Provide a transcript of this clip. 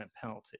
penalty